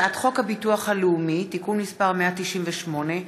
הצעת חוק הביטוח הלאומי (תיקון מס' 198),